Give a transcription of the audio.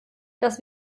dass